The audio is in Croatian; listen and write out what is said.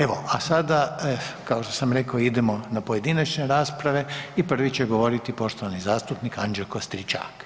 Evo, a sada kao što sam rekao idemo na pojedinačne rasprave i prvi će govoriti poštovani zastupnik Anđelo Stričak.